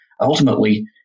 ultimately